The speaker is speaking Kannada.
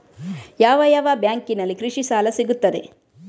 ಯಾವ ಯಾವ ಬ್ಯಾಂಕಿನಲ್ಲಿ ಕೃಷಿ ಸಾಲ ಸಿಗುತ್ತದೆ?